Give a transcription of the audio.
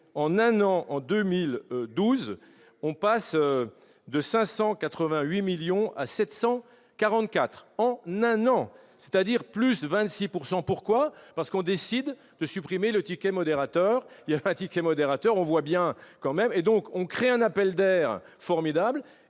en un an en 2012, on passe de 588 millions à 700 44 ans non, c'est-à-dire plus de 26 pourcent pourquoi parce qu'on décide de supprimer le ticket modérateur, il y a pas ticket modérateur, on voit bien quand même, et donc on crée un appel d'air formidables